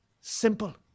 Simple